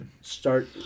start